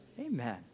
Amen